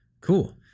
Cool